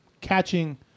catching